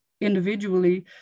individually